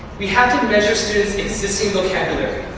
we have to measure students' existing vocabulary.